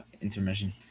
intermission